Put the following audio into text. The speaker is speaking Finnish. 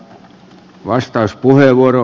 arvoisa puhemies